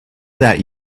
that